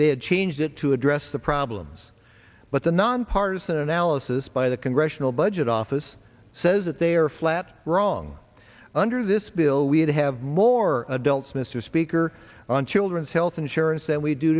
they had changed it to address the problems but the nonpartisan analysis by the congressional budget office says that they are flat wrong under this bill we'd have more adults mr speaker on children's health insurance than we do